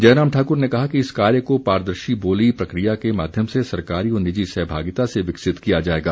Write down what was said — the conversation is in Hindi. जयराम ठाकुर ने कहा कि इस कार्य को पारदर्शी बोली प्रक्रिया के माध्यम से सरकारी व निजी सहभागिता से विकसित किया जाएगा